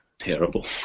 terrible